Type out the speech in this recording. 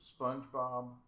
Spongebob